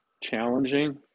challenging